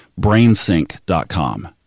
brainsync.com